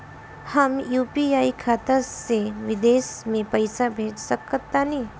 हम यू.पी.आई खाता से विदेश म पइसा भेज सक तानि?